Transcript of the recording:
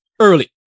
early